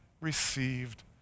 received